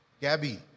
Gabby